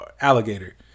alligator